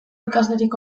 ikaslerik